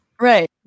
Right